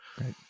Right